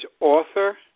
author